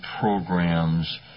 programs